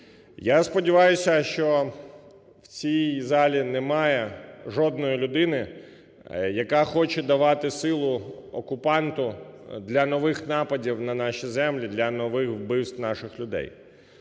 Я сподіваюся, що в цій залі немає жодної людини, яка хоче давати силу окупанту для нових нападів на нашу землю, для нових вбивств наших людей.